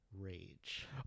Rage